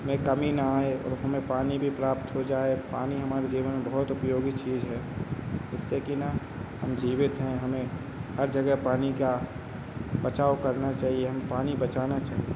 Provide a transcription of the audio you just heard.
में कमी ना आए और हमें पानी भी प्राप्त हो जाए पानी हमारे जीवन में बहुत उपयोगी चीज़ है इससे कि ना हम जीवित हैं हमें हर जगह पानी का बचाव करना चाहिए हमें पानी बचाना चाहिए